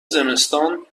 زمستان